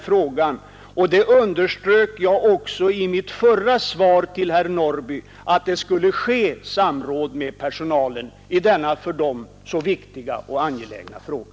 Jag underströk också i mitt förra svar till herr Norrby att det skulle ske samråd med personalen i denna för de anställda så viktiga och angelägna fråga.